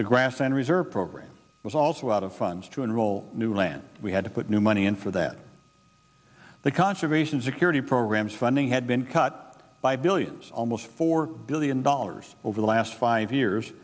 the grass and reserve program was also out of funds to enroll new land we had to put new money in for that the conservation security programs funding had been cut by billions almost four billion dollars over the last five years